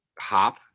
hop